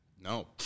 no